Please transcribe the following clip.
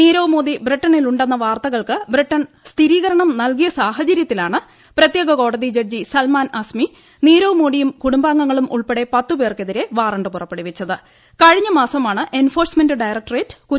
നീരവ് മോദി ബ്രിട്ടനിലുണ്ടെന്ന വാർത്തകൾക്ക് ബ്രിട്ടൻ സ്ഥിരീകരണം നൽകിയ സാഹചര്യത്തിലാണ് പ്രത്യേക കോടതി ജഡ്ജി സൽമാൻ അസ്മി നീരവ് മോഡിയും കുടുംബാംഗങ്ങളും ഉൾപ്പെടെ പത്തുപേർക്കെതിരെ വാറണ്ട് കഴിഞ്ഞമാസമാണ് എൻഫോഴ്സ്മെന്റ് ഡയറക്ടറേറ്റ് പുറപ്പെടുവിച്ചത്